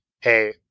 hey